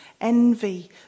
envy